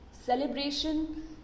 celebration